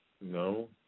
No